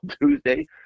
Tuesday